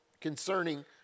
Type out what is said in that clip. concerning